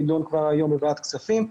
נידון כבר היום בוועדת כספים.